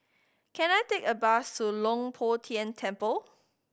can I take a bus to Leng Poh Tian Temple